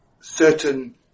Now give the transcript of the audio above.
certain